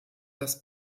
dass